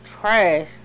trash